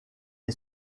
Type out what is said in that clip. est